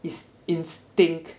is instinct